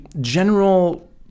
general